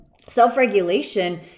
self-regulation